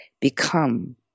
become